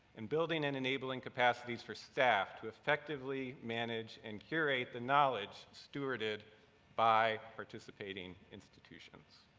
and building and enabling capacities for staff to effectively manage and curate the knowledge stewarded by participating institutions.